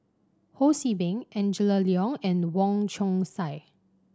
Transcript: Ho See Beng Angela Liong and Wong Chong Sai